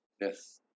Yes